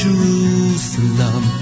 Jerusalem